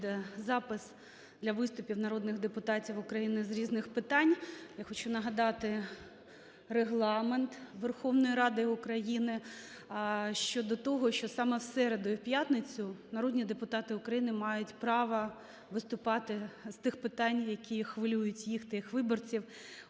буде запис для виступів народних депутатів України "з різних питань". Я хочу нагадати Регламент Верховної Ради України щодо того, що саме в середу і п'ятницю народні депутати України мають право виступати з тих питань, які хвилюють їх та їх виборців.